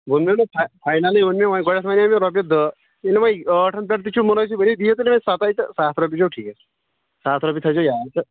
ووٚن نوٚونا فاینَلٕے ووٚن مےٚ وۅنۍ گوٚو یِتھ یہِ رۄپیہِ دَہ یِنہٕ وۅنۍ ٲٹھن پیٚٹھ تہِ چھُ مُنٲسِب ییٚتہِ ییٖژٕ ریٹہٕ سَستے تہٕ سَتھ رۄپیہِ چھَو ٹھیٖک سَتھ رۄپیہِ تھٲوزیٚو یاد تہٕ